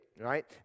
right